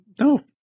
no